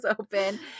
open